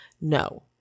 No